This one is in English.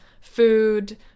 food